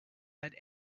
had